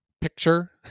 picture